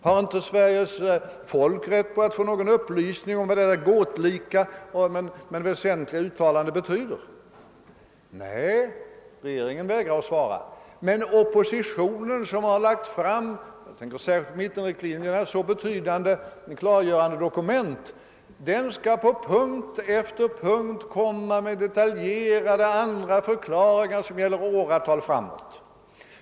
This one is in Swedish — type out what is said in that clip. Har inte Sveriges folk rätt att få någon upplysning om vad detta gåtlika men väsentliga uttalande betyder? Nej, regeringen vägrar att svara. Men oppositionen — jag tänker framför allt på mittenpartierna — som lagt fram så betydande och klargörande dokument, den skall enligt Er mening på punkt efter punkt komma med detaljerade förklaringar som gäller för åratal framåt.